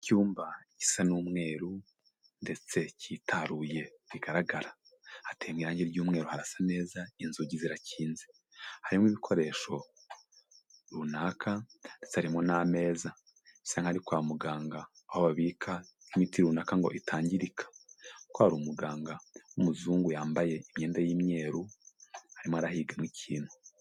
Icyumba gisa n'umweru ndetse cyitaruye bigaragara. Hateyemo irangi ry'umweru harasa neza, inzugi zirakinze. Harimo ibikoresho runaka ndetse harimo n'ameza bisa nkaho ari kwa muganga aho babika nk'imiti runaka ngo itangirika kuko hari umuganga w'umuzungu yambaye imyenda y'imyeru arimo arahigamo ikintu.